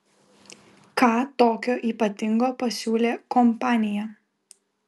ką tokio ypatingo pasiūlė kompanija